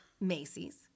Macy's